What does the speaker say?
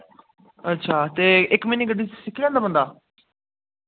अच्छा ते इक म्हीने गड्डी सिक्खी लैंदा बंदा